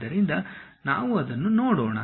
ಆದ್ದರಿಂದ ನಾವು ಅದನ್ನು ಮಾಡೋಣ